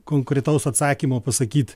konkretaus atsakymo pasakyt